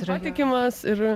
yra patikimas ir